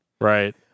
Right